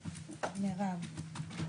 מירב,